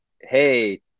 hey